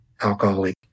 alcoholic